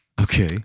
Okay